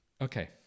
Okay